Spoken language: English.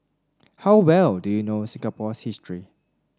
how well do you know Singapore's history